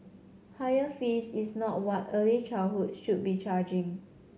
higher fees is not what early childhood should be charging